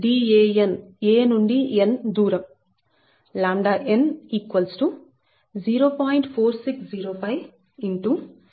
Dana నుండి n దూరం ʎn 0